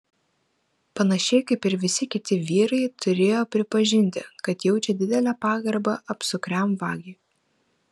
panašiai kaip ir visi kiti vyrai turėjo pripažinti kad jaučia didelę pagarbą apsukriam vagiui